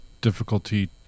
Difficulty